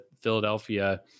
Philadelphia